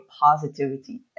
positivity